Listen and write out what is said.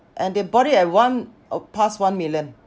and they bought it at one uh past one million